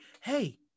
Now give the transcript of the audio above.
Hey